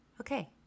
okay